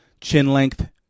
chin-length